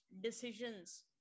decisions